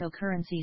cryptocurrencies